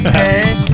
hey